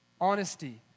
honesty